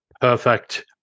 Perfect